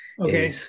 Okay